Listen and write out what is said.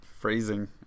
phrasing